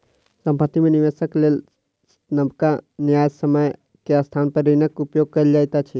संपत्ति में निवेशक लेल नबका न्यायसम्य के स्थान पर ऋणक उपयोग कयल जाइत अछि